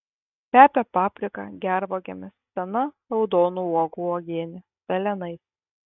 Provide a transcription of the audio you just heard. kvepia paprika gervuogėmis sena raudonų uogų uogiene pelenais